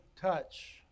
touch